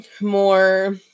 more